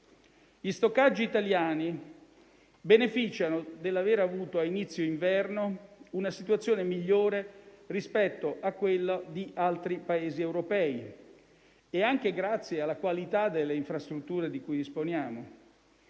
Gli stoccaggi italiani beneficiano dell'aver avuto, a inizio inverno, una situazione migliore rispetto a quella di altri Paesi europei e, anche grazie alla qualità delle infrastrutture di cui disponiamo,